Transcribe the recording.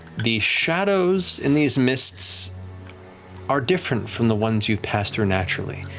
the shadows in these mists are different from the ones you pass through naturally.